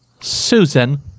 Susan